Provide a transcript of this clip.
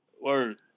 Word